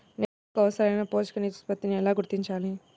నేలలకు అవసరాలైన పోషక నిష్పత్తిని ఎలా గుర్తించాలి?